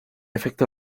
efecto